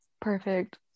perfect